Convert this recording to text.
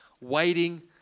waiting